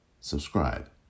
subscribe